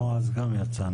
בועז גם יצא.